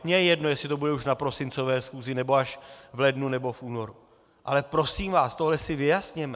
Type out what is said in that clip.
Mně je jedno, jestli to bude už na prosincové schůzi, nebo až v lednu nebo v únoru, ale prosím vás, tohle si vyjasněme.